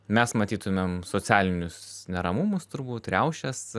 mes matytumėm socialinius neramumus turbūt riaušes